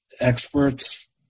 experts